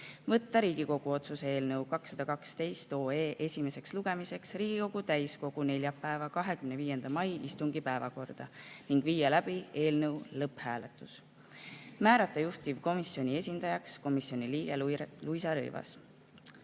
Võtta Riigikogu otsuse eelnõu 212 esimeseks lugemiseks Riigikogu täiskogu neljapäeva, 25. mai istungi päevakorda ning viia läbi eelnõu lõpphääletus. Määrata juhtivkomisjoni esindajaks komisjoni liige Luisa Rõivas.